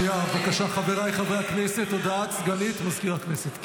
חבריי חברי הכנסת, הודעת לסגנית מזכיר הכנסת.